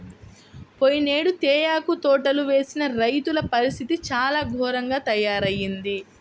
పోయినేడు తేయాకు తోటలు వేసిన రైతుల పరిస్థితి చాలా ఘోరంగా తయ్యారయింది